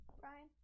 Brian